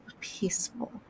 peaceful